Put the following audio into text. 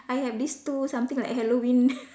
I have these two something like Halloween